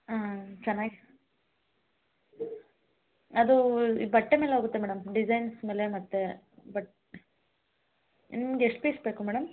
ಹಾಂ ಚೆನ್ನಾಗಿ ಅದು ಈ ಬಟ್ಟೆ ಮೇಲೆ ಹೋಗುತ್ತೆ ಮೇಡಮ್ ಡಿಸೈನ್ಸ್ ಮೇಲೆ ಮತ್ತು ಬಟ್ಟೆ ನಿಮ್ಗೆ ಎಷ್ಟು ಪೀಸ್ ಬೇಕು ಮೇಡಮ್